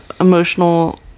emotional